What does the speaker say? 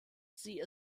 sie